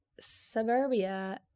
suburbia